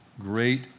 great